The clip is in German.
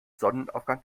sonnenaufgang